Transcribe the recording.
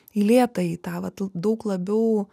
į lėtąjį tą vat daug labiau